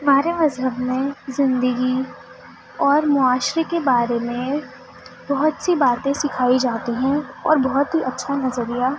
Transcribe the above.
ہمارے مذہب میں زندگی اور معاشرے کے بارے میں بہت سی باتیں سکھائی جاتی ہیں اور بہت ہی اچھا نظریہ